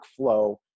workflow